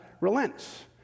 relents